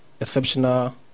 exceptional